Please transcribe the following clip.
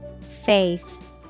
Faith